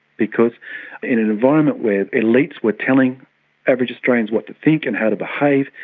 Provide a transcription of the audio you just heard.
because in an environment where elites were telling average australians what to think and how to behave,